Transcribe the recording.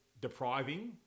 depriving